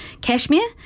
Kashmir